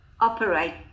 operate